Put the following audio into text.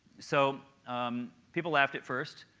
so people laughed at first.